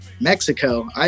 Mexico